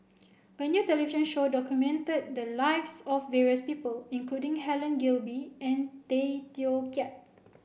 a new television show documented the lives of various people including Helen Gilbey and Tay Teow Kiat